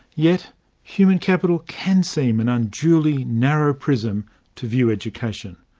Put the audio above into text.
yet human capital can seem an unduly narrow prism to view education.